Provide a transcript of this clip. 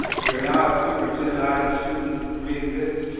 we're now at superintendent items students readmits.